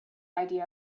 idea